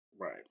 Right